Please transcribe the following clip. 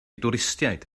dwristiaid